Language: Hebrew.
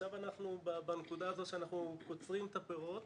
עכשיו אנחנו בנקודה הזו שאנחנו קוצרים את הפירות,